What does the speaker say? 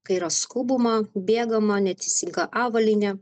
kai yra skubuma bėgama neteisinga avalynė